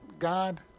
God